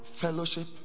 fellowship